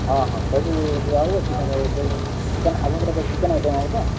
ହଁ ହଁ ସବୁ ଦିଆହେବ ଚିକେନ୍ ସେ ଚିକେନ୍ ଆପଣଙ୍କର କ'ଣ ଚିକେନ୍ ଆଇଟମ୍ ହେବ ତ